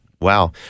Wow